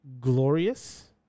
Glorious